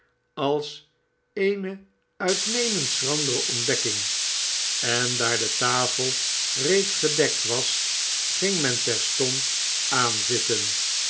als eene uitnemend schrandere ontdekking en daar de tafel reeds gedekt was ging men terstond aanzitten